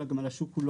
אלא גם על השוק כולו.